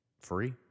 Free